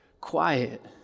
quiet